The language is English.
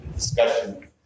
discussion